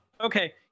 okay